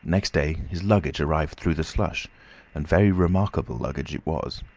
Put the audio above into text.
next day his luggage arrived through the slush and very remarkable luggage it was.